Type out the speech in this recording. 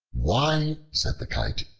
why, said the kite,